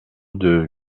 deux